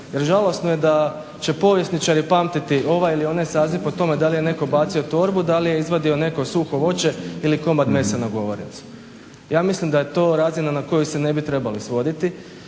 jer žalosno je da će povjesničari pamtiti ovaj ili onaj saziv po tome da li je netko bacio torbu, da li je netko izvadio suho voće ili komad mesa na govornicu. Ja mislim da je to razina na koju se ne bi trebali svoditi